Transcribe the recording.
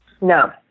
No